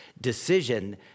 decision